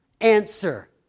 Answer